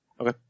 Okay